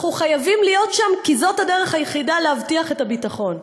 אנחנו חייבים להיות שם כי זאת הדרך היחידה להבטיח את הביטחון.